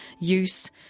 use